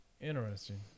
Interesting